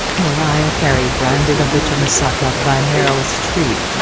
mariah carey branded a bitch and suck up by meryl streep